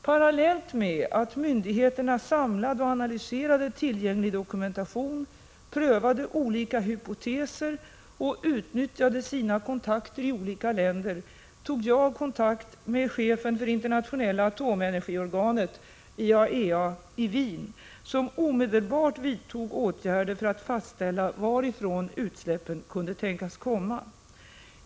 Parallellt med att myndigheterna samlade och analyserade tillgänglig dokumentation, prövade olika hypoteser och utnyttjade sina kontakter i olika länder, satte jag mig i förbindelse med chefen för det internationella atomenergiorganet IAEA i Wien, som omedelbart vidtog åtgärder för att fastställa varifrån utsläppen kunde tänkas komma.